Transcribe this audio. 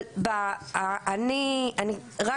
אני, רק